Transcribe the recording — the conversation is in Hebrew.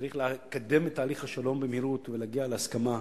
צריך לקדם את תהליך השלום במהירות ולהגיע להסכמה.